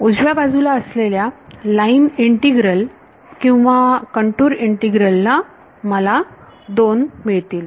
उजव्या बाजूला असलेल्या लाईन इंटीग्रल किंवा कंटूर इंटीग्रल ला मला 2 मिळतील